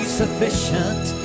sufficient